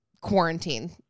quarantine